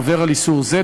העובר על איסור זה,